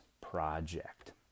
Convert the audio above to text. project